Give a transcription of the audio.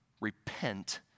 Repent